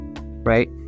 right